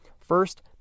First